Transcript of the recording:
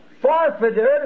forfeited